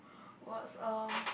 what's erm